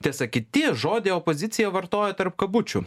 tiesa kiti žodį opozicija vartoja tarp kabučių